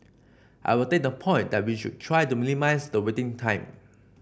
I will take the point that we should try to minimise the waiting time